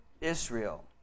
Israel